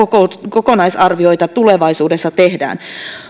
kokonaisarvioita tulevaisuudessa tehdään